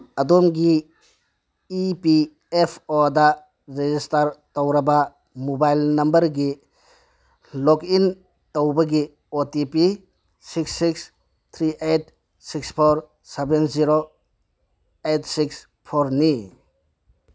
ꯑꯗꯣꯝꯒꯤ E P F O register ꯇꯧꯔꯕ mobile ꯅꯝꯕꯔꯒꯤ ꯂꯣꯛꯏꯟ ꯇꯧꯕꯒꯤ O T P six six three eight six four seven zero eight six ꯐꯣꯔꯅꯤ